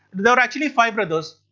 there were actually five brothers.